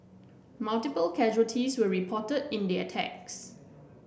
multiple casualties were reported in the attacks